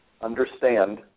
understand